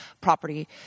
property